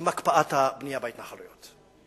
עם הקפאת הבנייה בהתנחלויות.